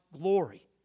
glory